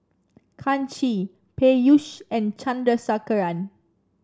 Kanshi Peyush and Chandrasekaran